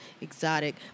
exotic